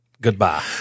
Goodbye